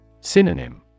Synonym